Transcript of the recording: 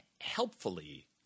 helpfully